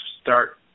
start